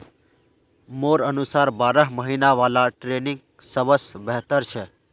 मोर अनुसार बारह महिना वाला ट्रेनिंग सबस बेहतर छ